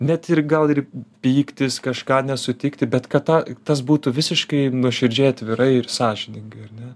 net ir gal ir pyktis kažką nesutikti bet kad tą tas būtų visiškai nuoširdžiai atvirai ir sąžiningai ar ne